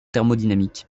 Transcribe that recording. thermodynamique